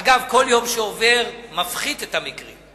אגב, כל יום שעובר מפחית את המקרים.